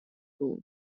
bûn